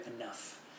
enough